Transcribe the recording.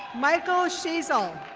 michael sheezal.